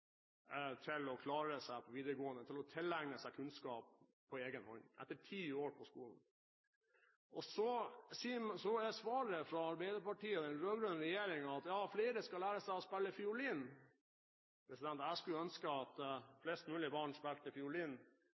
til å klare seg i videregående – til å tilegne seg kunnskap på egen hånd etter ti år på skolen. Så er svaret fra Arbeiderpartiet og den rød-grønne regjeringen at ja, flere skal lære seg å spille fiolin. Jeg skulle ønske at flest mulig barn spilte fiolin.